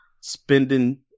spending